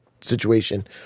situation